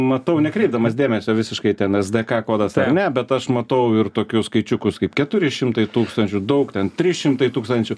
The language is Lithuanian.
matau nekreipdamas dėmesio visiškai ten es de ka kodas ne bet aš matau ir tokius skaičiukus kaip keturi šimtai tūkstančių daug ten trys šimtai tūkstančių